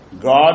God